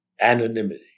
anonymity